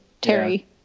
Terry